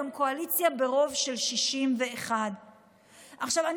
גם קואליציה ברוב של 61. עכשיו,